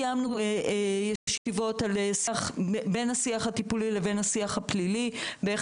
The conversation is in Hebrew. קיימנו ישיבות בין השיח הטיפולי לבין השיח הפלילי ואיך